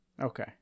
Okay